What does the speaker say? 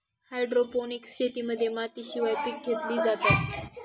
hydroponics शेतीमध्ये मातीशिवाय पिके घेतली जातात